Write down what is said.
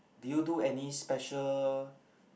did you do any special